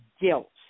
guilt